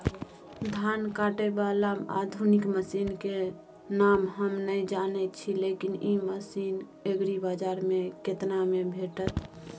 धान काटय बाला आधुनिक मसीन के नाम हम नय जानय छी, लेकिन इ मसीन एग्रीबाजार में केतना में भेटत?